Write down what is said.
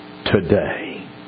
Today